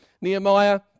Nehemiah